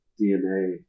DNA